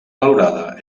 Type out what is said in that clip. valorada